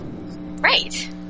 Right